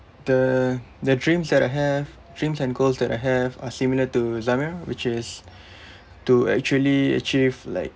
the the dreams that I have dreams and goals that I have are similar to zamir which is to actually achieve like